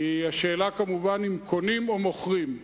כי השאלה, כמובן, היא אם קונים או מוכרים.